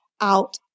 out